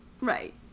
Right